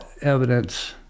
evidence